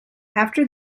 after